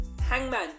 Hangman